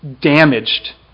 damaged